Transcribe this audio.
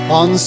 on